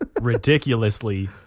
ridiculously